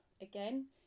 again